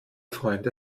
freunde